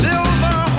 Silver